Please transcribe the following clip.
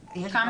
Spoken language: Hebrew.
צעירים.